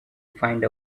find